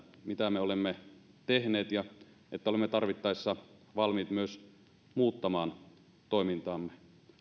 mitä me olemme tehneet ja että olemme tarvittaessa valmiit myös muuttamaan toimintaamme